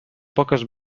poques